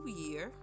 year